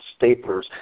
staplers